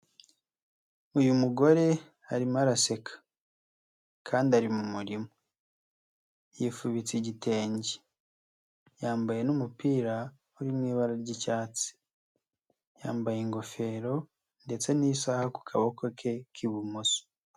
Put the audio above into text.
Uyu mugore arimo araseka kandi ari mu murima, yifubitse igitenge, yambaye n'umupira uri mu ibara ry'icyatsi, yambaye ingofero ndetse n'isaha ku kaboko ke k'ibumoso.